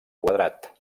quadrat